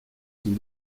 sont